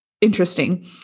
interesting